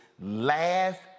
laugh